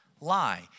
lie